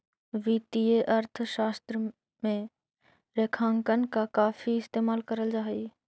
वित्तीय अर्थशास्त्र में रेखांकन का काफी इस्तेमाल करल जा हई